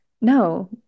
no